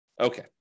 Okay